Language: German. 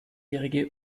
jährige